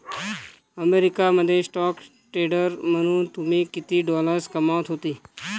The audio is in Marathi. अमेरिका मध्ये स्टॉक ट्रेडर म्हणून तुम्ही किती डॉलर्स कमावत होते